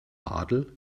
adel